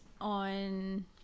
on